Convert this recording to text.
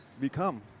become